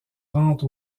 rente